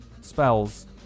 spells